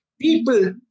people